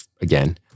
again